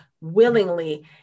willingly